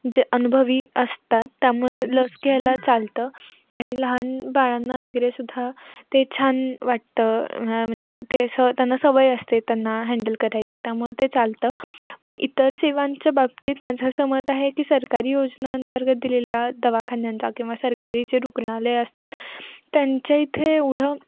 जे अनुभवी असतात त्यामुळे लस घ्यायला चालतं आणि लहान बाळांना वगैरे सुद्धा ते छान वाटतं म्हणजे ते असं त्यांना सवय असते त्यांना हँडल करायची त्यामुळे ते चालतं पण इतर सेवांच्या बाबतीत माझं असं मत आहे की सरकारी योजना अंतर्गत दिलेल्या दवाखान्यांचा किंवा सरकारी जे रुग्णालय असतात त्यांच्या इथे एवढं